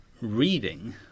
reading